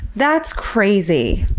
that's crazy!